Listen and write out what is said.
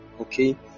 Okay